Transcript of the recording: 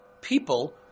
people